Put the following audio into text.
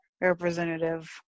representative